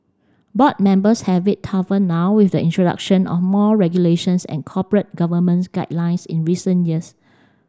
board members have it tougher now with the introduction of more regulations and corporate governments guidelines in recent years